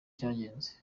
cyagenze